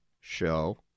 show